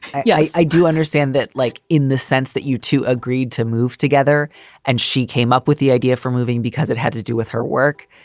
and yeah i i do understand that, like in the sense that you two agreed to move together and she came up with the idea for moving because it had to do with her work.